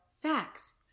Facts